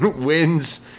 wins